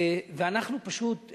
ואנחנו פשוט,